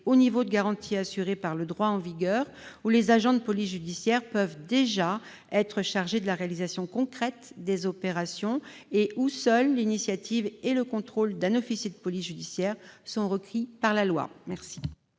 au niveau de garantie assuré par le droit en vigueur, les agents de police judiciaire pouvant d'ores et déjà être chargés de la réalisation concrète des opérations. Seuls l'initiative et le contrôle d'un officier de police judiciaire sont requis par la loi. Quel